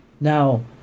Now